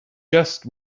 just